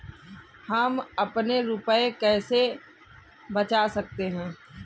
हम अपने रुपये कैसे बचा सकते हैं?